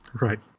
Right